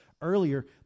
earlier